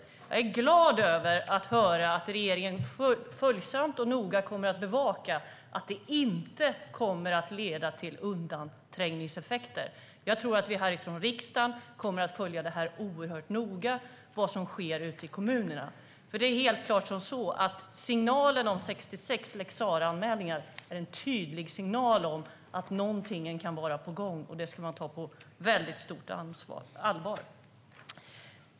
Jag är glad över att höra att regeringen följsamt och noga kommer att bevaka att detta inte kommer att leda till undanträngningseffekter. Jag tror att vi här från riksdagen kommer att följa oerhört noga vad som sker ute i kommunerna. Det är helt klart som så att de 66 lex Sarah-anmälningarna är en tydlig signal om att någonting kan vara på gång, och det ska man ta på väldigt stort allvar.